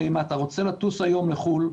הרי אם אתה רוצה לטוס היום לחו"ל,